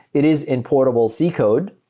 it is in portable c code.